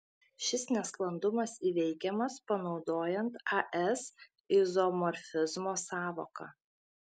šis nesklandumas įveikiamas panaudojant as izomorfizmo sąvoką